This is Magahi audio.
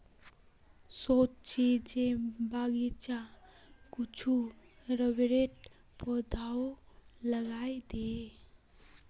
सोच छि जे बगीचात कुछू रबरेर पौधाओ लगइ दी